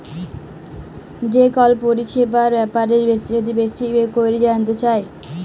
যে কল পরিছেবার ব্যাপারে যদি বেশি ক্যইরে জালতে চায়